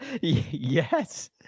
Yes